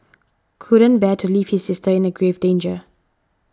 couldn't bear to leave his sister in a grave danger